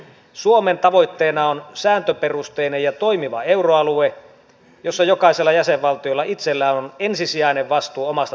suomen tavoitteena on sääntöperusteinen ja toimiva euroalue jossa jokaisella jäsenvaltiolla itsellään on ensisijainen vastuu omasta talouspolitiikastaan